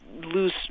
lose